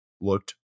looked